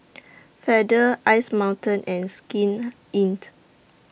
Feather Ice Mountain and Skin Inc